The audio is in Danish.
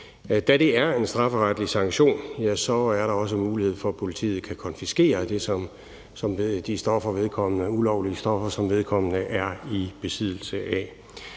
Da det er en strafferetlig sanktion, er der også mulighed for, at politiet kan konfiskere de ulovlige stoffer, som vedkommende